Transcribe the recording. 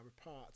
apart